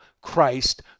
Christ